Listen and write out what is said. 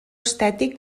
estètic